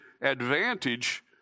advantage